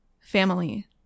Family